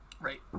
Right